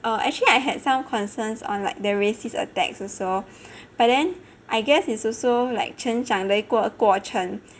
err actually I had some concerns on like the racist attacks also but then I guess it's also like 成长的一个过过程